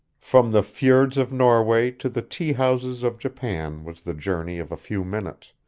from the fjords of norway to the tea houses of japan was the journey of a few minutes,